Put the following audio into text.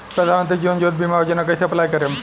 प्रधानमंत्री जीवन ज्योति बीमा योजना कैसे अप्लाई करेम?